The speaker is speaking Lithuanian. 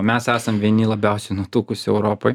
mes esam vieni labiausiai nutukusių europoj